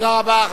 תודה רבה.